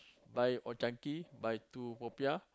buy Old Chang Kee buy two popiah